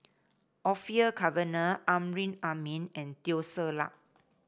Orfeur Cavenagh Amrin Amin and Teo Ser Luck